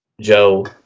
joe